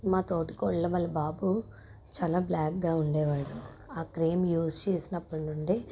మా తోడి కోడలా వల్ల బాబు చాలా బ్లాక్గా ఉండేవాడు ఆ క్రీమ్ యూస్ చేసినప్పుడు నుండి